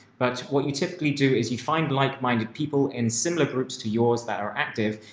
but what you typically do is you find like minded people and similar groups to yours that are active.